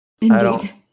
Indeed